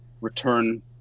return